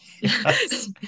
Yes